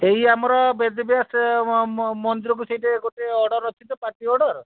ଏଇ ଆମର ବେଦବ୍ୟାସ ମନ୍ଦିର ଗୋଟେ ଅର୍ଡର୍ ରଖିଛୁ ତ ପାର୍ଟି ଅର୍ଡର୍